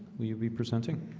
will you be presenting